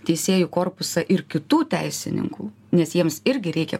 teisėjų korpusą ir kitų teisininkų nes jiems irgi reikia